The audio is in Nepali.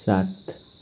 सात